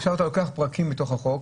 עכשיו אתה לוקח פרקים מתוך החוק,